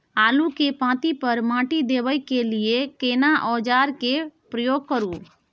आलू के पाँति पर माटी देबै के लिए केना औजार के प्रयोग करू?